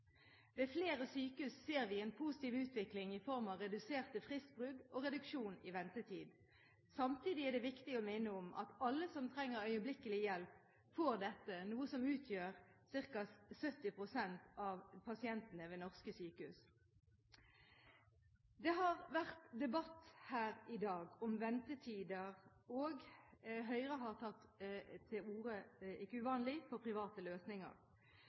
Ved flere sykehus ser vi en positiv utvikling i form av reduserte fristbrudd og reduksjon i ventetid. Samtidig er det viktig å minne om at alle som trenger øyeblikkelig hjelp, får dette, noe som utgjør ca. 70 pst. av pasientene ved norske sykehus. Det har vært debatt her i dag om ventetider, og Høyre har tatt til orde – ikke uvanlig – for private løsninger.